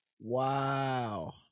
Wow